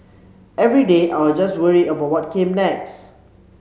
every day I was just worried about what came next